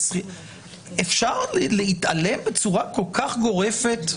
אפשר להתעלם בצורה כל כך גורפת?